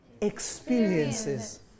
Experiences